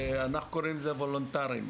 אנחנו קוראים לזה וולונטריים.